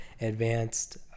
advanced